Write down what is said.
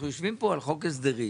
אנחנו יושבים פה על חוק הסדרים.